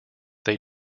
they